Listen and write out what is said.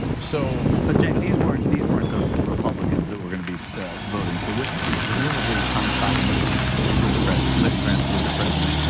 so but again, these weren't these weren't the republicans the but were gonna be loading for witnesses. presumably, tom cotton is with the president, lindsey graham's with the president.